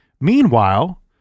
Meanwhile